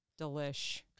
Delish